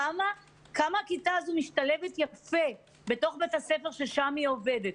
כמה הכיתה הזאת משתלבת יפה בתוך בית-הספר ששם היא עובדת.